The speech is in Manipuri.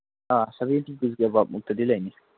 ꯑꯥ ꯁꯚꯦꯟꯇꯤ ꯀꯦꯖꯤ ꯑꯕꯞ ꯃꯨꯛꯇꯗꯤ ꯂꯩꯅꯤ